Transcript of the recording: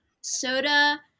soda